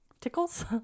Tickles